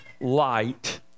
light